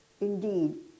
indeed